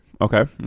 Okay